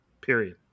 period